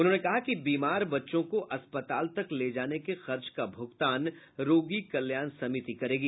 उन्होंने कहा कि बीमार बच्चों को अस्पताल तक ले जाने के खर्च का भुगतान रोगी कल्याण समिति करेंगी